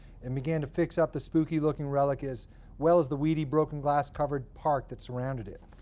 and began to fix up the spooky-looking relic as well as the weedy broken glass-covered park that surrounded it.